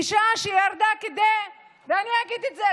אישה שירדה כדי ואני אגיד את זה,